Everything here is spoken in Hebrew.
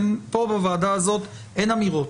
פה בוועדה הזאת אין אמירות,